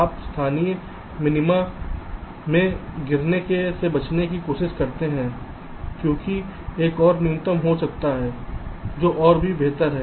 आप स्थानीय मिनिमा में गिरने से बचने की कोशिश करते हैं क्योंकि एक और न्यूनतम हो सकता है जो और भी बेहतर है